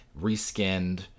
reskinned